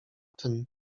tym